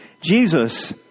Jesus